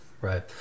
right